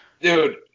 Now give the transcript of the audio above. Dude